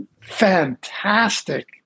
fantastic